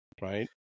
Right